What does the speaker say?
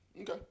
Okay